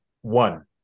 one